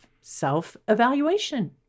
self-evaluation